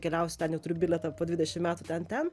keliausiu ten jau turiu bilietą po dvidešim metų ten ten